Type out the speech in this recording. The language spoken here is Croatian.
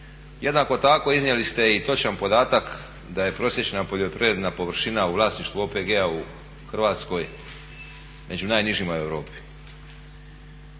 Jednako tako iznijeli ste i točan podatak da je prosječna poljoprivredna površina u vlasništvu OPG-a u Hrvatskoj među najnižima u Europi.